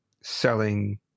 selling